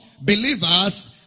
believers